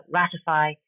ratify